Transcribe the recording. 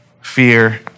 fear